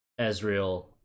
Ezreal